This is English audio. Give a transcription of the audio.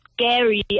scary